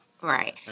Right